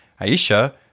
aisha